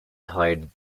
tired